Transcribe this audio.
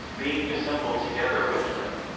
being assembled together with them,